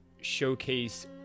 showcase